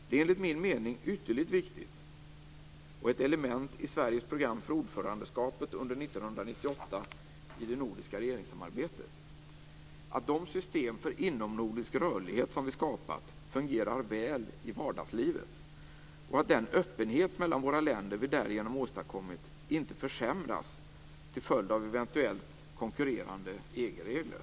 Det är enligt min mening ytterligt viktigt - och ett element i Sveriges program för ordförandeskapet under 1998 i det nordiska regeringssamarbetet - att de system för inomnordisk rörlighet som vi skapat fungerar väl i vardagslivet och att den öppenhet mellan våra länder som vi därigenom åstadkommit inte försämras till följd av eventuellt konkurrerande EG-regler.